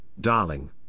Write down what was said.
darling